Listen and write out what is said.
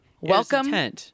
Welcome